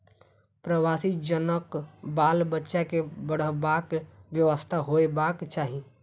प्रवासी जनक बाल बच्चा के पढ़बाक व्यवस्था होयबाक चाही